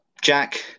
Jack